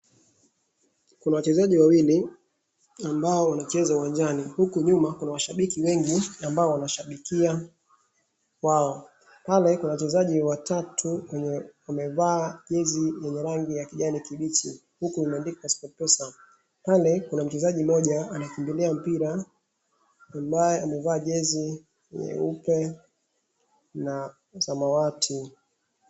Kuna wachezaji wawili ambao wanacheza uwanjani, huku nyuma kuna mashabiki wengi ambao wanashabikia wachezaji, pale kuna wachezaji watatu wenye wamevaa jezi ya rangi ya kijani kibichi huku imeandikwa Sport Pesa pale kuna mchezaji mmoja anakimbilia mpira ambaye amevaa jezi nyeupe na samawati.